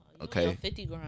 okay